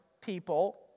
people